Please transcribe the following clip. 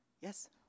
Yes